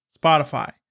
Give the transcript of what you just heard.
Spotify